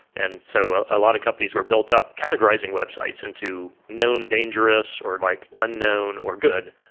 and so a lot of companies were built up categorizing websites into known dangerous, or like unknown or good.